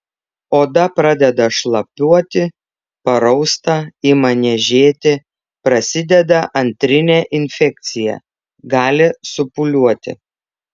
oda pradeda šlapiuoti parausta ima niežėti prasideda antrinė infekcija gali supūliuoti